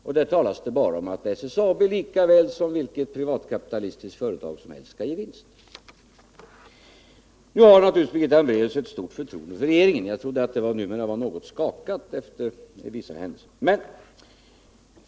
Där talas det bara om att SSAB som vilket privatkapitalistiskt företag som helst skall ge vinst. Birgitta Hambraeus har naturligtvis stort förtroende för regeringen, även om jag trodde att det numera var något skakat efter vissa händelser.